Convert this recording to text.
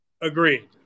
Agreed